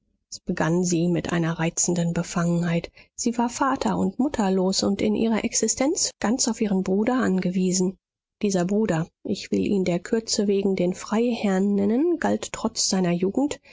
begann sie mit einer reizenden befangenheit sie war vater und mutterlos und in ihrer existenz ganz auf ihren bruder angewiesen dieser bruder ich will ihn der kürze wegen den freiherrn nennen galt trotz seiner jugend